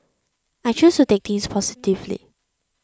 I choose to take things positively